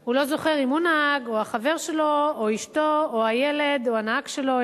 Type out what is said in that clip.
הוא לא זוכר אם הוא נהג או החבר שלו או אשתו או הילד או הנהג שלו,